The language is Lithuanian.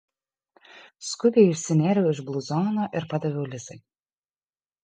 skubiai išsinėriau iš bluzono ir padaviau lisai